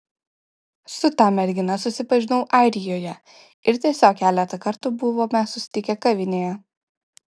su ta mergina susipažinau airijoje ir tiesiog keletą kartų buvome susitikę kavinėje